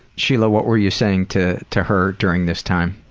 sheila, what were you saying to to her during this time?